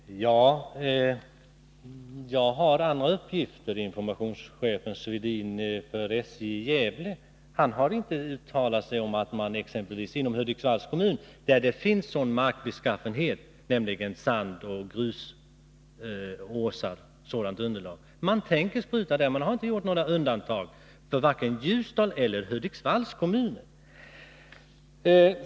Herr talman! Jag har andra uppgifter. Informationschefen för SJ i Gävle harinte uttalat sig om att man exempelvis inom Hudiksvalls kommun, där det finns sådan markbeskaffenhet, nämligen sand och grus, skulle undanta vissa områden från besprutning. Man tänker spruta där. Man har inte gjort några undantag för vare sig Ljusdals eller Hudiksvalls kommun.